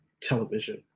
television